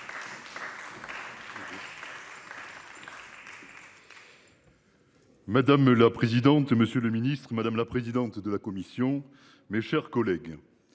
Madame la présidente. Monsieur le Ministre, madame la présidente de la commission. Mes chers collègues.